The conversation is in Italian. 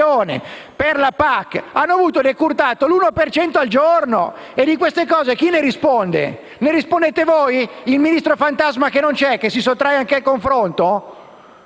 per la PAC e hanno avuto decurtato l'1 per cento al giorno. Di queste cose chi ne risponde? Ne rispondete voi? Ne risponde il Ministro fantasma, che non c'è, che si sottrae anche al confronto?